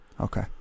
Okay